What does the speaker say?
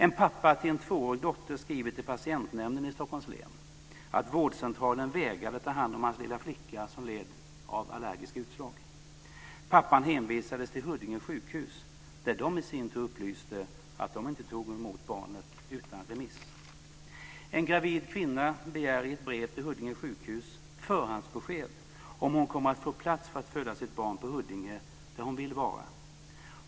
En pappa till en tvåårig dotter skriver till Patientnämnden i Stockholms län att vårdcentralen vägrade ta hand om hans lilla flicka, som led av allergiska utslag. Pappan hänvisades till Huddinge sjukhus, där de i sin tur upplyste att de inte tog emot barnet utan remiss. En gravid kvinna begär i ett brev till Huddinge sjukhus förhandsbesked om hon kommer att få plats för att föda sitt barn på Huddinge, där hon vill vara.